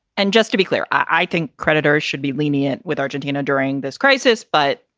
and just to be clear, i think creditors should be lenient with argentina during this crisis. but,